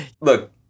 Look